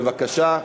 בבקשה.